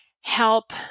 help